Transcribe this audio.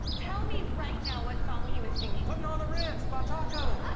tell me right now what song he was singing. puttin' on the ritz by taco.